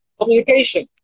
Communication